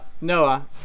Noah